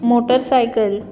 motorcycle